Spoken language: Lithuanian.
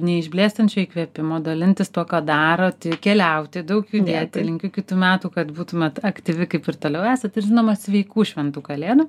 neišblėstančio įkvėpimo dalintis tuo ką darot keliauti daug judėti linkiu kitų metų kad būtumėt aktyvi kaip ir toliau esat ir žinoma sveikų šventų kalėdų